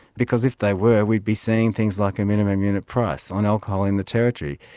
because if they were we'd be seeing things like a minimum unit price on alcohol in the territory.